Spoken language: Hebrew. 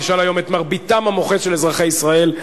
תשאל היום את מרביתם המוחצת של אזרחי ישראל,